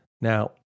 Now